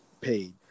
paid